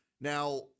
Now